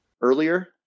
earlier